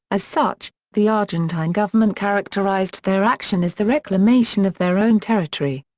as such, the argentine government characterised their action as the reclamation of their own territory.